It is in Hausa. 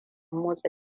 motsa